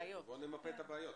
נמפה את הבעיות.